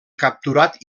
capturat